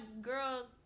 girls